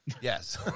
yes